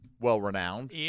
well-renowned